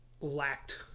lacked